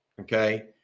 Okay